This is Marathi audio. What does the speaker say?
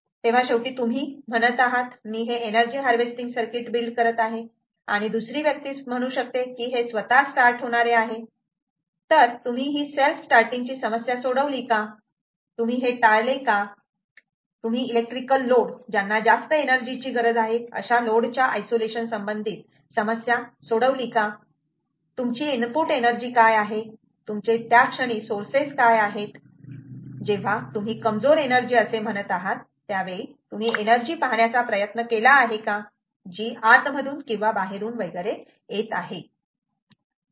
तेव्हा शेवटी तुम्ही म्हणत आहात मी हे एनर्जी हार्वेस्टिंग सर्किट बिल्ड करत आहे आणि दुसरी व्यक्ती म्हणू शकते की हे स्वतः स्टार्ट होणारे आहे तर तुम्ही ही सेल्फ स्टार्टिंग ची समस्या सोडवली का तुम्ही हे टाळले का तुम्ही इलेक्ट्रिकल लोड ज्यांना जास्त एनर्जीची गरज आहे अशा लोड च्या आयसोलेशन संबंधित समस्या सोडवली का तुमची इनपुट एनर्जी काय आहे तुमचे त्या क्षणी सोर्सेस काय आहे जेव्हा तुम्ही कमजोर एनर्जी असे म्हणत आहात तुम्ही एनर्जी पाहण्याचा प्रयत्न केला आहे का जी आत मधून किंवा बाहेरून वगैरे येत आहे